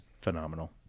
phenomenal